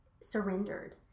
surrendered